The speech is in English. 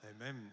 Amen